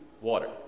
water